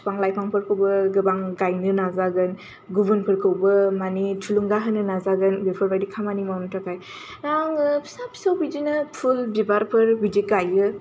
बिफां लाइफांफोरखौ गोबां गायनो नाजागोन गुबुनफोरखौबो मानि थुलुंगा होनो नाजागोन बेफोरबादि खामानि मावनो थाखाय आङो बेदिनो फिसा फिसा फुल बिबारफोर गायो